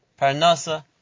parnasa